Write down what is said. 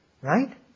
Right